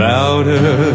Louder